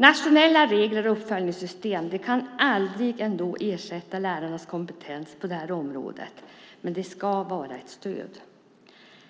Nationella regler och uppföljningssystem kan aldrig ersätta lärarnas kompetens, men de ska vara ett stöd.